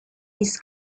this